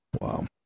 Wow